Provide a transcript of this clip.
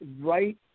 right